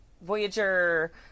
Voyager